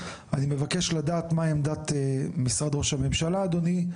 אני מבקש לדעת מה עמדת משרד ראש הממשלה אדוני,